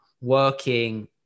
working